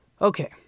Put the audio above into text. Okay